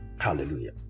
hallelujah